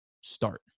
start